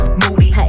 moody